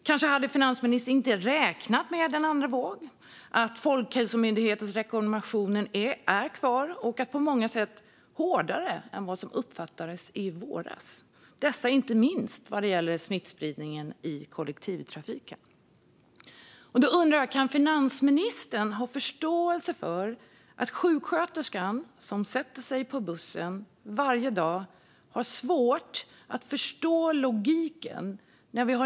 Kanske hade finansministern inte räknat med en andra våg och med att Folkhälsomyndighetens rekommendationer skulle vara kvar och på många sätt vara hårdare än vad som uppfattades i våras, inte minst vad gäller smittspridningen i kollektivtrafiken. Kan finansministern ha förståelse för att sjuksköterskan som varje dag sätter sig på bussen har svårt att förstå logiken?